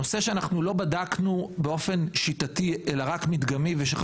נושא שלא בדקנו באופן שיטתי אלא רק מדגמי וגם